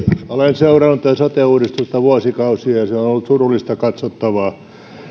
olen seurannut tätä sote uudistusta vuosikausia ja on ollut surullista katsottavaa